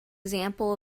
example